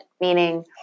Meaning